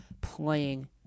playing